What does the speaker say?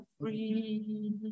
free